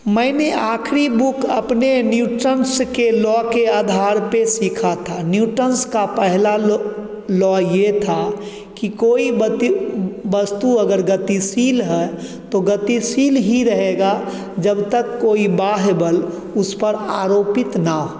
मैंने आख़िरी बुक अपने न्यूटन्स के लॉ के आधार पर सीखा था न्यूटन्स का पहला लो लॉ यह था कि कोई बती वस्तु अगर गतिशील है तो गतिशील ही रहेगा जब तक कोई बाह्य बल उस पर आरोपित न हो